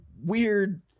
weird